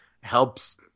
helps